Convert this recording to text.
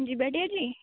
ଯିବାଟି ଆଜି